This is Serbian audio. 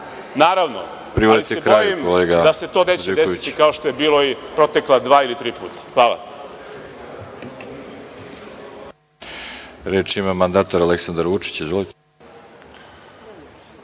Živković** Ali se bojim da se to neće desiti kao što je bilo i protekla dva ili tri puta. Hvala.